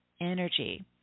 energy